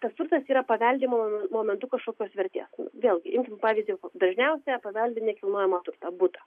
tas turtas yra paveldimumo momentu kažkokios vertės vėlgi imkim pavyzdį dažniausiai jie paveldi nekilnojamą turtą butą